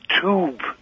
tube